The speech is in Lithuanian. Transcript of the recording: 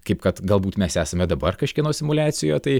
kaip kad galbūt mes esame dabar kažkieno simuliacijoje tai